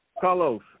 Carlos